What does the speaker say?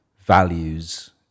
values